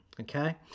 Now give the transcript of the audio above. Okay